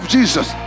Jesus